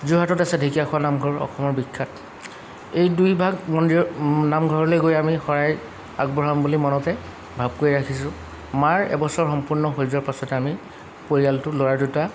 যোৰহাটত আছে ঢেকীয়াখোৱা নামঘৰ অসমৰ বিখ্যাত এই দুইভাগ মন্দিৰৰ নামঘৰলৈ গৈ আমি শৰাই আগবঢ়াম বুলি মনতে ভাৱকৈ ৰাখিছোঁ মাৰ এবছৰ সম্পূৰ্ণ হৈ যোৱাৰ পাছতে আমি পৰিয়ালটো ল'ৰা দুটা